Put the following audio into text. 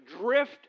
drift